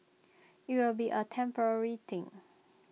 IT will be A temporary thing